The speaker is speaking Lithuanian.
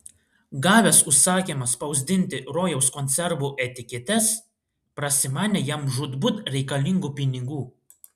gavęs užsakymą spausdinti rojaus konservų etiketes prasimanė jam žūtbūt reikalingų pinigų